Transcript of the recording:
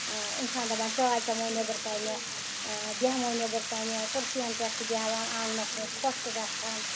اِنسان دَپان چاے چَمو نیٚبرٕ کَنہِ بیٚہمو نیٚبرٕ کَنہِ کُرسیٖیَن پٮ۪ٹھ چھِ بیٚہوان آنٛگنَس منٛز خۄش چھُ گَژھان